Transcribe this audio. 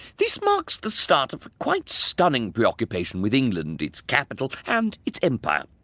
this marks the start of a quite stunning preoccupation with england, its capital and its empire.